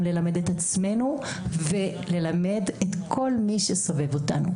ללמד את עצמנו וללמד את כל מי שסובב אותנו.